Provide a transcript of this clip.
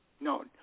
no